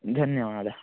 धन्यवादः